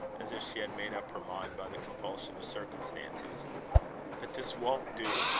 as if she had made up her mind by the compulsion of circumstances but this won't do.